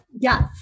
Yes